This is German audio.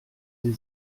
sie